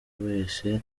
wese